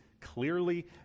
clearly